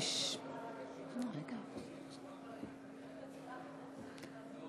הצעת החוק שהממשלה מבקשת להחיל עליה דין